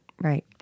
right